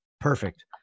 Perfect